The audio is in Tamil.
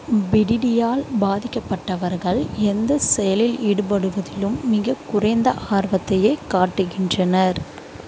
பிடிடியால் பாதிக்கப்பட்டவர்கள் எந்த செயலில் ஈடுபடுவதிலும் மிகக் குறைந்த ஆர்வத்தையே காட்டுகின்றனர்